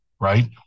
right